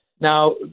now